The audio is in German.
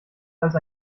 als